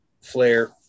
flare